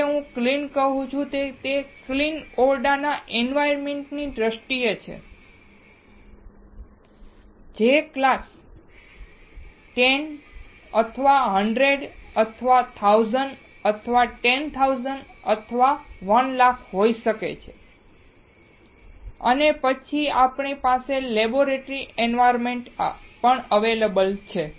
જ્યારે હું ક્લીન કહું છું તે ક્લીન ઓરડાના એન્વાયરમેન્ટની દ્રષ્ટિએ છે જે class 10 class 100 class 1000 class 10000 class 100000 હોઈ શકે છે અને પછી આપણે પાસે લેબોરેટરી એન્વાયરમેન્ટ છે